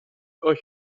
euch